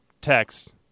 text